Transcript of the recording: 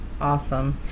Awesome